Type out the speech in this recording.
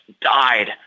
died